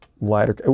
lighter